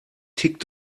tickt